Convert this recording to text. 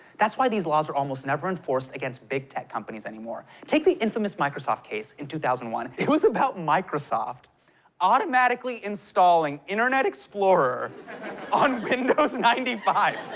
that's why these laws are almost never enforced against big tech companies anymore. take the infamous microsoft case in two thousand and one. it was about microsoft automatically installing internet explorer on windows ninety five.